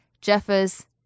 Jeffers